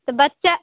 तऽ बच्चा